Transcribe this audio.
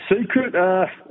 secret